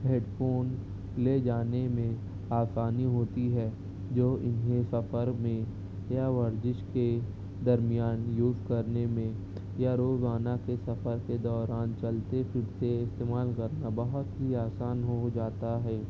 head phone لے جانے میں آسانی ہوتی ہے جو انہیں سفر میں یا ورزش کے درمیان یوز کرنے میں یا روزانہ کے سفر کے دوران چلتے پھرتے استعمال کرنا بہت ہی آسان ہو جاتا ہے